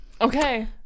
Okay